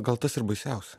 gal tas ir baisiausia